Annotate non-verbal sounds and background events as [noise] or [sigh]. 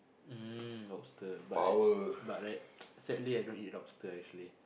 mm lobster but I but I [noise] sadly I don't eat lobster actually